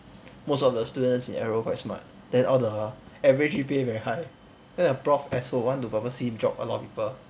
most of the students in aero quite smart then all the average G_P_A very high then the prof asshole want to purposely drop a lot of people